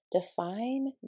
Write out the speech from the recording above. Define